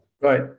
Right